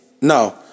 No